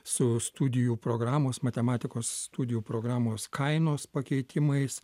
su studijų programos matematikos studijų programos kainos pakeitimais